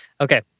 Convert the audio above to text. Okay